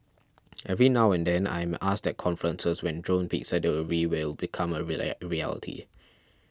every now and then I am asked at conferences when drone pizza delivery will become a reality